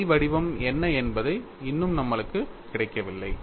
phi வடிவம் என்ன என்பது இன்னும் நம்மளுக்கு கிடைக்கவில்லை